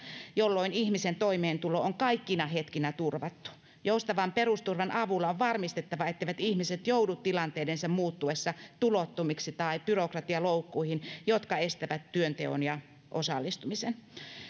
jolloin ihmisten toimeentulo on kaikkina hetkinä turvattu joustavan perusturvan avulla on varmistettava etteivät ihmiset joudu tilanteidensa muuttuessa tulottomiksi tai byrokratialoukkuihin jotka estävät työteon ja osallistumisen